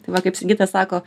va kaip sigita sako